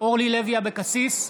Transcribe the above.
אורלי לוי אבקסיס,